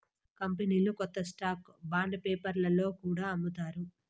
కంపెనీలు కొత్త stock bond పేపర్లో కూడా అమ్ముతారు